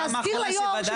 להזכיר ליושב-ראש,